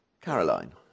Caroline